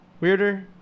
weirder